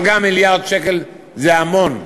אבל גם מיליארד שקל זה המון.